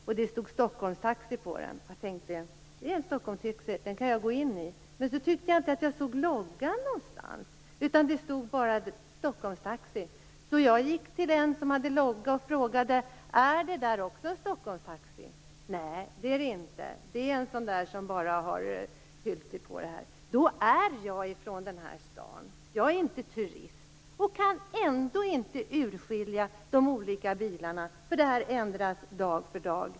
Det stod Taxi Stockholm på den, så jag tänkte att den kan jag ta. Men jag kunde inte se någon logotyp. I stället stod det bara Taxi Stockholm. Jag gick därför fram till en bil som hade logotyp och frågade: Är det där Taxi Stockholm? Nej, blev svaret, det är en sådan där som bara har en sådan skylt. Jag är från den här staden och är alltså inte turist. Ändå kan jag inte urskilja de olika bilarna, eftersom det ändras dag för dag.